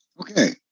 Okay